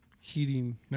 heating